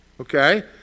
Okay